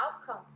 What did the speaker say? outcome